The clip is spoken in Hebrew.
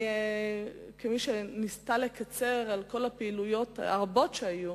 כמי שניסתה לקצר בכל הפעילויות הרבות שהיו,